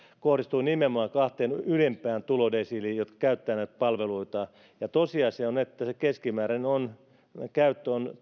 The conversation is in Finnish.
kohdistuu nimenomaan kahteen ylimpään tulodesiiliin jotka käyttävät näitä palveluita tosiasia on se että se keskimääräinen käyttö on